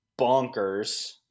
bonkers